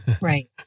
Right